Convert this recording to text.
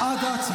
למה עד ההצבעה?